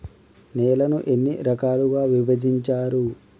నేలలను ఎన్ని రకాలుగా విభజించారు?